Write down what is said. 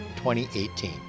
2018